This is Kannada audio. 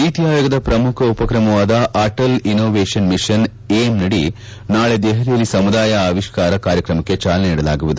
ನೀತಿ ಆಯೋಗದ ಪ್ರಮುಖ ಉಪಕ್ರಮವಾದ ಅಟಲ್ ಇನೋವೇಷನ್ ಮಿಷನ್ ಏಮ್ಡಿ ನಾಳೆ ದೆಹಲಿಯಲ್ಲಿ ಸಮುದಾಯ ಆವಿಷ್ಣರ ಕಾರ್ಯಕ್ರಮಕ್ಕೆ ಚಾಲನೆ ನೀಡಲಾಗುವುದು